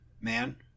man